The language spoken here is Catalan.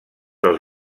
els